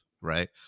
right